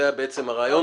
זה בעצם הרעיון.